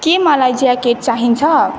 के मलाई ज्याकेट चाहिन्छ